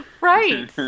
Right